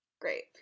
Great